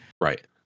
Right